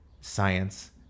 science